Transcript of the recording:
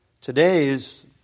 today's